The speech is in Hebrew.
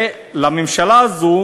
לממשלה הזו